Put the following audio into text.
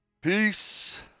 Peace